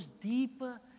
deeper